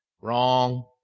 Wrong